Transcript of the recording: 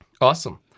Awesome